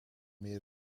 meer